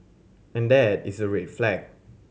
and that is a red flag